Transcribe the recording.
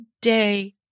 day